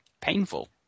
painful